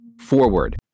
forward